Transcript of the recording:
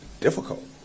difficult